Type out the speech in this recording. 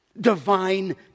Divine